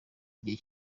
igihe